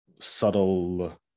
subtle